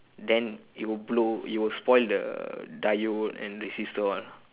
then it will blow it will spoil the diode and resistor all